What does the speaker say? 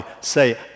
say